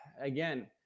again